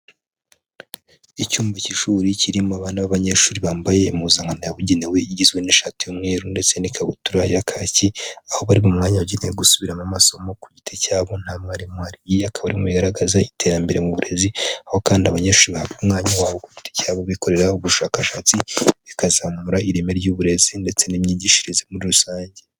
Icyumba cy'ishuri kirimo abana b'abanyeshuri bambaye impuzankano yabugenewe igizwe n'ishati y'umweru ,ndetse n'ikabutura ya kacyi aho bari mu mwanya wagenewe gusubira mu amasomo ku giti cyabo nta mwarimu wahari akabamo bigaragaza iterambere mu burezi aho kandi abanyeshuri bahabwa umwanya wabo ku giti cyabo bikoreraho ubushakashatsi bikazamura ireme ry'uburezi , ndetse n'imyigishirize muri rusange.